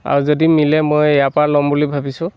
আৰু যদি মিলে মই ইয়াৰ পৰা ল'ম বুলি ভাবিছোঁ